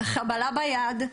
חבלה ביד,